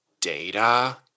data